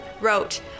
wrote